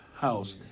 house